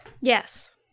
Yes